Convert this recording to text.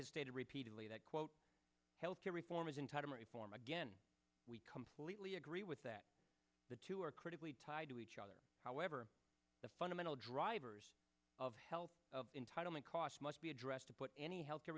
has stated repeatedly that quote health care reform is entitlement reform again we completely agree with that the two are critically tied to each other however the fundamental drivers of health of entitlement costs must be addressed to put any health care